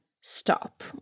stop